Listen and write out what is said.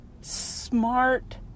smart